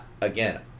again